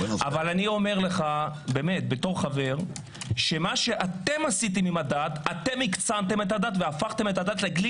אבל כחבר אני אומר אתם הקצנתם את הדת והפכתם אותה לכלי